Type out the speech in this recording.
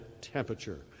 temperature